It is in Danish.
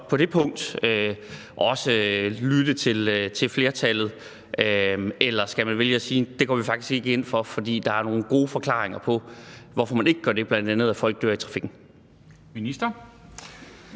på det punkt også lytte til flertallet, eller skal man vælge at sige, at det går man faktisk ikke ind for, fordi der er nogle gode forklaringer på, hvorfor man ikke har det, bl.a. at folk dør i trafikken?